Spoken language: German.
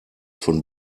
von